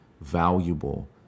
valuable